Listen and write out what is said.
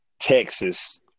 Texas